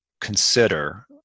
consider